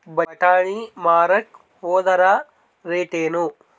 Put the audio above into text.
ಬಟಾನಿ ಮಾರಾಕ್ ಹೋದರ ರೇಟೇನು?